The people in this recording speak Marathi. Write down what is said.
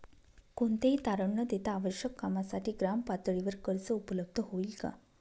कोणतेही तारण न देता आवश्यक कामासाठी ग्रामपातळीवर कर्ज उपलब्ध होईल का?